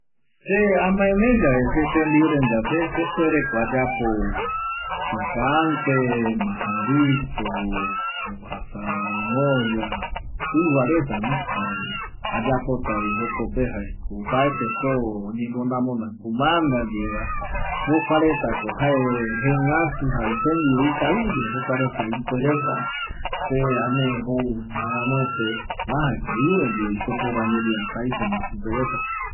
Se amaeme yave se tembiu rendape sepuereko ayapo picante, majadito, asao en olla tƚva retano ayapotavi jokope opaete soo oñemona mona kumanda ndieva jokua retako jae jengätu jare tembiu ikavigue jokua reta ipuereta se ame jou aramueteva jare iru ndievi sepuere amboyea aceite ndie supereta